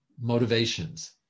motivations